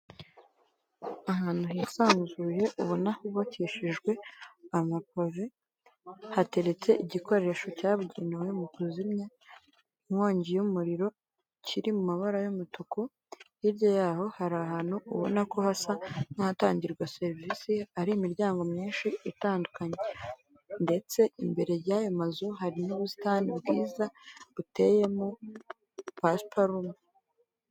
Ahantu hisanzuye ubona hubakishijwe amapave, hateretse igikoresho cyabugenewe mu kuzimya inkongi y'umuriro kiri mu mabara y'umutuku, hirya yaho hari ahantu ubona ko hasa n'ahatangirwa serivise hari imiryango myinshi itandukanye ndetse imbere y'ayo mazu hari n'ubusitani bwiza buteyemo pasiparumu.